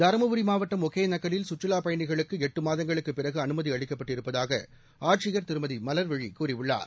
தருமபுரி மாவட்டம் ஒகனேக்கலில் சுற்றுலாப் பயணிகளுக்கு எட்டு மாதங்களுக்குப் பிறகு அனுமதி அளிக்கப்பட்டிருப்பதாக ஆட்சியர் திருமதி மலர்விழி கூறியுள்ளார்